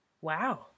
Wow